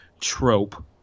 trope